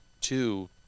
Two